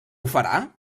farà